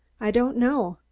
i don'd know.